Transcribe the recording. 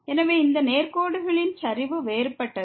எனவே இந்த நேர்கோடுகளின் சரிவு வேறுபட்டது